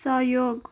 सहयोग